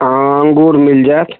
हँ अंगूर मिल जायत